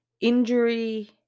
injury